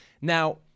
Now